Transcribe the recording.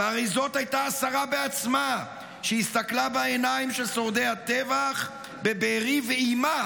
והרי זאת הייתה השרה בעצמה שהסתכלה בעיניים של שורדי הטבח בבארי ואיימה: